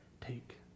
Take